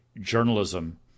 journalism